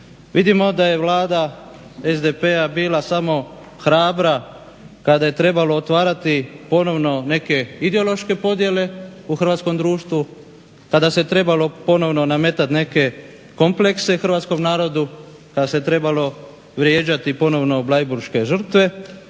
vidimo da je Vlada SDP-a bila samo hrabra kada je trebalo otvarati ponovno neke ideološke podjele u hrvatskom društvu, kada se trebalo ponovno nametati neke komplekse hrvatskom narodu, kada se trebalo vrijeđati ponovno bleiburške žrtve.